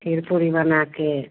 खीर पूड़ी बनाकर